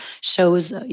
shows